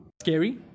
Scary